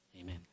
Amen